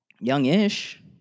Young-ish